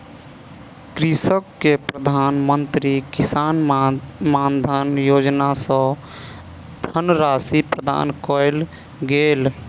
कृषक के प्रधान मंत्री किसान मानधन योजना सॅ धनराशि प्रदान कयल गेल